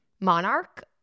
monarch